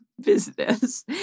business